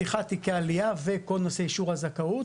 פתיחת תיקי עלייה וכל נושא אישור הזכאות,